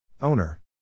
Owner